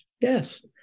yes